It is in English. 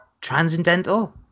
transcendental